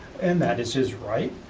and that is his right,